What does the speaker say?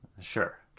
Sure